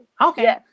Okay